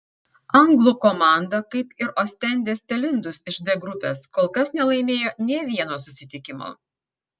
anglų komanda kaip ir ostendės telindus iš d grupės kol kas nelaimėjo nė vieno susitikimo